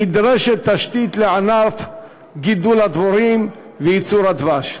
נדרשת תשתית לענף גידול הדבורים וייצור הדבש,